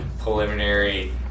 preliminary